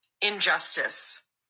injustice